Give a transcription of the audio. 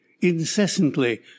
incessantly